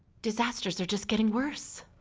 disasters are just getting worse.